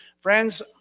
Friends